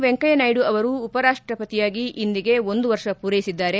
ವೆಂಕಯ್ನ ನಾಯ್ನು ಅವರು ಉಪರಾಷ್ಸಪತಿಯಾಗಿ ಇಂದಿಗೆ ಒಂದು ವರ್ಷ ಪೂರೈಸಿದ್ದಾರೆ